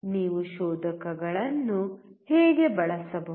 ನೀವು ಶೋಧಕಗಳನ್ನು ಹೇಗೆ ಬಳಸಬಹುದು